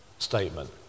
statement